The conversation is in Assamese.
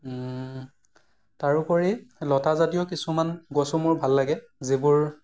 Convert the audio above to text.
তাৰোপৰি লতাজতীয় কিছুমান গছো মোৰ ভাল লাগে যিবোৰ